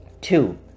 Two